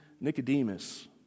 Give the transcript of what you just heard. Nicodemus